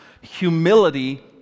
Humility